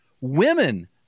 Women